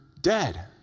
dead